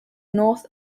north